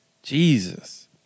Jesus